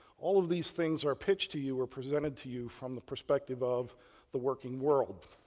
all of these things are pitched to you, or presented to you from the perspective of the working world,